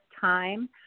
time